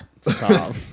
Stop